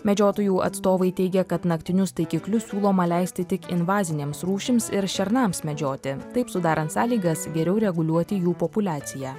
medžiotojų atstovai teigia kad naktinius taikiklius siūloma leisti tik invazinėms rūšims ir šernams medžioti taip sudarant sąlygas geriau reguliuoti jų populiaciją